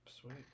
Sweet